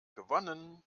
gewonnen